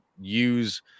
use